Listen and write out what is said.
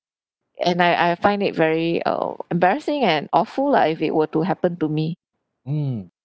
and I I find it very err embarrassing and awful lah if it were to happen to me